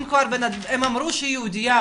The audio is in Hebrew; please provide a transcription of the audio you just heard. הם אמרו שהיא יהודייה,